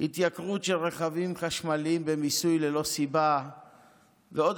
התייקרות של רכבים חשמליים במיסוי ללא סיבה ועוד